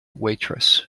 waitress